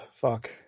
Fuck